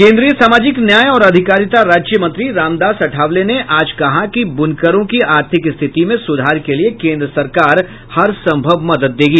केन्द्रीय सामाजिक न्याय और अधिकारिता राज्यमंत्री रामदास अठावले ने आज कहा कि बुनकरों की आर्थिक स्थिति में सुधार के लिये केन्द्र सरकार हरसंभव मदद देगी